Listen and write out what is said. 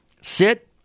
Sit